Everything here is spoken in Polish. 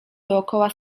dookoła